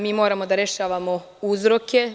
Mi moramo da rešavamo uzroke.